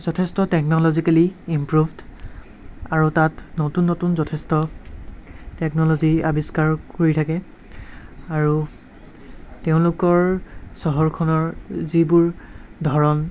যথেষ্ট technologically improved আৰু তাত নতুন নতুন যথেষ্ট টেকন'লজী আৱিষ্কাৰ কৰি থাকে আৰু তেওঁলোকৰ চহৰখনৰ যিবোৰ ধৰণ